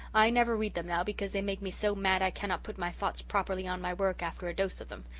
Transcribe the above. i never read them now because they make me so mad i cannot put my thoughts properly on my work after a dose of them.